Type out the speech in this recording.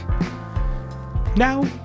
Now